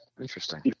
interesting